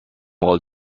all